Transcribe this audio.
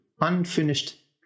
unfinished